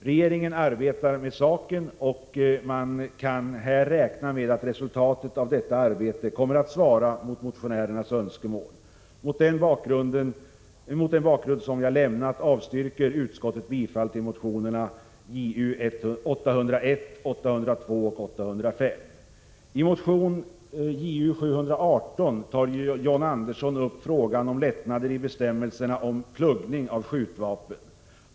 Regeringen arbetar med saken, och man kan räkna med att resultatet av detta arbete kommer att svara mot motionärernas önskemål. Mot den bakgrund som jag redovisat avstyrker utskottet bifall till motionerna Ju801, 802 och 805. I motion Ju718 tar John Andersson upp frågan om lättnader i bestämmelserna om pluggning av skjutvapen.